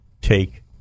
take